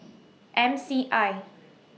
M C I